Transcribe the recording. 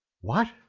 What